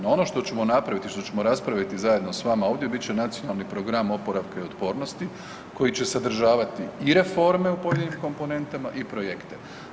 No, ono što ćemo napraviti i što ćemo raspraviti zajedno s vama ovdje bit će Nacionalni program oporavka i otpornosti, koji će sadržavati i reforme u pojedinim komponentama i projekte.